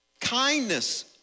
Kindness